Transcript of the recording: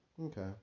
okay